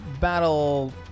battle